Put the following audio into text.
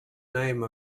name